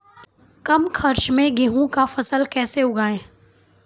कम खर्च मे गेहूँ का फसल कैसे उगाएं?